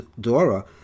Dora